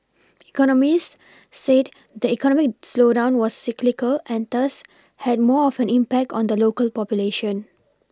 economists said the economic slowdown was cyclical and thus had more of an impact on the local population